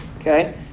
Okay